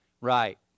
right